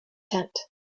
tent